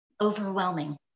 overwhelming